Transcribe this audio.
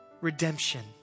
redemption